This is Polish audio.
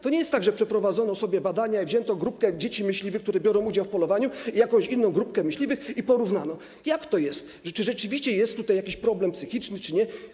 To nie jest tak, że przeprowadzono badania, wzięto grupkę dzieci myśliwych, które biorą udział w polowaniu, i jakąś inną grupkę myśliwych i porównano, jak to jest, czy rzeczywiście jest tutaj jakiś problem psychiczny, czy nie.